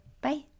bye